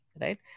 right